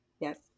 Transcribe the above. Yes